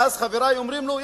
ואז חברי אומרים: נו,